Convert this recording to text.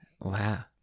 Wow